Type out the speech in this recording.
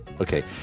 Okay